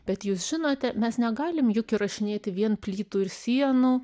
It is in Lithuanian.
bet jūs žinote mes negalim juk įrašinėti vien plytų ir sienų